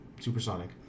supersonic